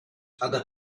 other